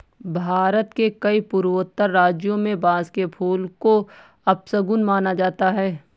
भारत के कई पूर्वोत्तर राज्यों में बांस के फूल को अपशगुन माना जाता है